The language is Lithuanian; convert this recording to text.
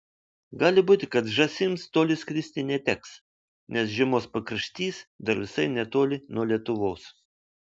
gali būti kad žąsims toli skristi neteks nes žiemos pakraštys dar visai netoli nuo lietuvos